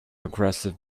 aggressive